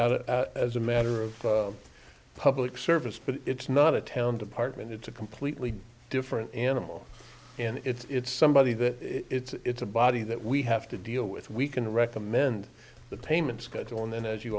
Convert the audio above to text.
out as a matter of public service but it's not a town department it's a completely different animal and it's somebody that it's a body that we have to deal with we can recommend the payment schedule and then as you